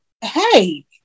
Hey